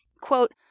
Quote